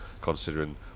considering